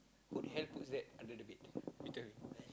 who the hell puts that under the bed you tell me